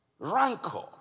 Rancor